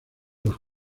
los